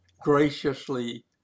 graciously